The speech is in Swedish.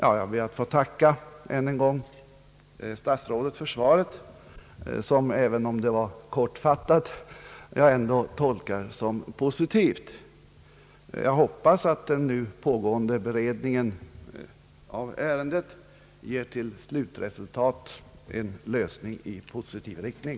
Jag ber att än en gång få tacka statsrådet för svaret, som jag tolkar positivt även om det var kortfattat. Jag hoppas att den nu pågående beredningen av ärendet ger till slutresultat en lösning i positiv riktning.